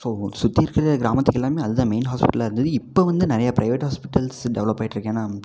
so சுற்றி இருக்கிற கிராமத்துக்கு எல்லாமே அது தான் மெயின் ஹாஸ்பிட்டலாக இருந்தது இப்போ வந்து நிறைய பிரைவேட் ஹாஸ்பிட்டல்ஸ் டெவெலப் ஆகிட்டு இருக்குது ஏன்னால்